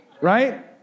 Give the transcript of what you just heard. right